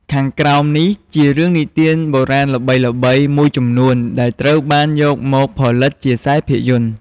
ខាងក្រោមនេះជារឿងនិទានបុរាណល្បីៗមួយចំនួនដែលត្រូវបានយកមកផលិតជាខ្សែភាពយន្ត។